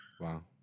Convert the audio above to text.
Wow